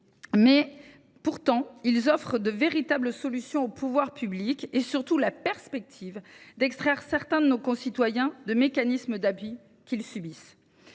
mais ils offrent de véritables solutions aux pouvoirs publics et, surtout, la perspective d’extraire certains de nos concitoyens de mécanismes d’abus qu’ils subissent.